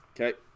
Okay